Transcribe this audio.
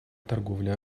торговле